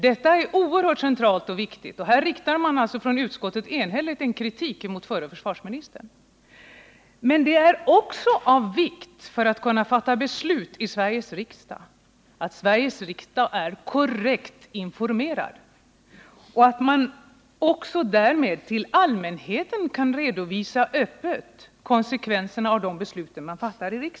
Detta är oerhört centralt och viktigt, och här riktar man alltså från utskottet enhälligt kritik mot den förre Men det är också av vikt för att kunna fatta beslut i Sveriges riksdag att Sveriges riksdag är korrekt informerad och att man också därmed till allmänheten öppet kan redovisa konsekvenser av de beslut man fattar.